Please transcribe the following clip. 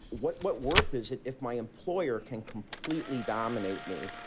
what what worth is it? if my employer can completely dominate me.